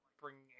bringing